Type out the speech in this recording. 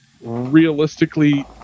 realistically